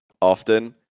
often